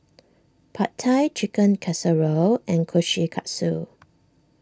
Pad Thai Chicken Casserole and Kushikatsu